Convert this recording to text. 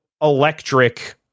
electric